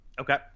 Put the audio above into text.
Okay